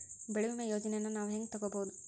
ಬೆಳಿ ವಿಮೆ ಯೋಜನೆನ ನಾವ್ ಹೆಂಗ್ ತೊಗೊಬೋದ್?